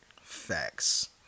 Facts